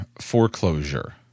foreclosure